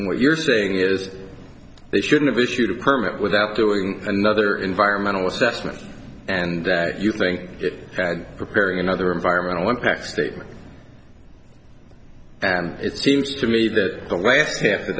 what you're saying is they should've issued a permit without doing another environmental assessment and that you think it had preparing another environmental impact statement and it seems to me that the last half of